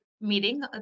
meeting